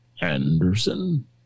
Anderson